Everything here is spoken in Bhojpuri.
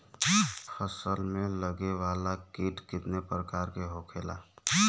फसल में लगे वाला कीट कितने प्रकार के होखेला?